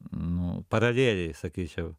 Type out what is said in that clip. nu paraleliai sakyčiau